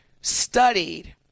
studied